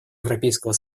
европейского